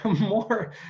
more